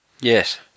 Yes